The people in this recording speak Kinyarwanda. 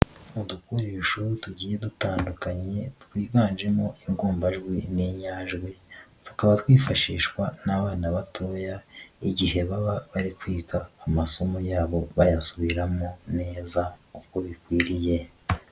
Udukoresho tugiye dutandukanye twiganjemo ingombajwi n'inyajwi tukaba twifashishwa n'abana batoya igihe baba bari kwiga amasomo yabo bayasubiramo neza uko bikwiriye.